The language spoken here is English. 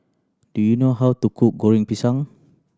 do you know how to cook Goreng Pisang